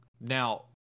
Now